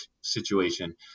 situation